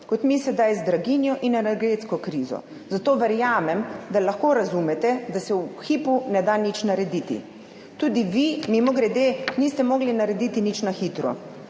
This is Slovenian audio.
kot mi sedaj z draginjo in energetsko krizo. Zato verjamem, da lahko razumete, da se v hipu ne da nič narediti. Tudi vi mimogrede niste mogli narediti nič na hitro.